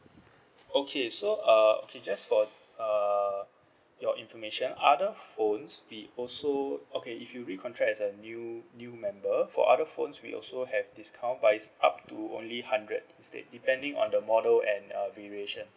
okay so uh okay just for uh your information other phones we also okay if you recontract as a new new member for other phones we also have discount but it's up to only hundred instead depending on the model and uh duration